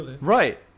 Right